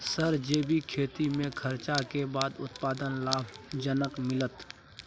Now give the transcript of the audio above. Sir जैविक खेती में खर्च के बाद उत्पादन लाभ जनक मिलत?